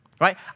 right